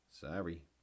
Sorry